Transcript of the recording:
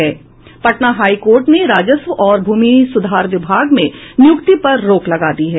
Patna high court ने राजस्व और भूमि सुधार विभाग में नियुक्ति पर रोक लगा दी है